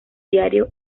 diario